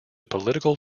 political